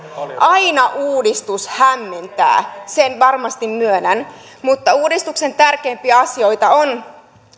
aina uudistus hämmentää sen varmasti myönnän mutta uudistuksen tärkeimpiä asioita ovat